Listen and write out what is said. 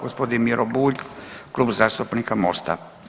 Gospodin Miro Bulj Klub zastupnika Mosta.